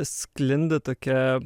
sklinda tokia